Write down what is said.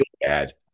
bad